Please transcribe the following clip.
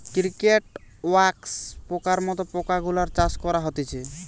cricket, wax পোকার মত পোকা গুলার চাষ করা হতিছে